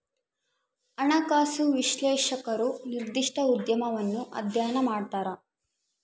ಹಣಕಾಸು ವಿಶ್ಲೇಷಕರು ನಿರ್ದಿಷ್ಟ ಉದ್ಯಮವನ್ನು ಅಧ್ಯಯನ ಮಾಡ್ತರ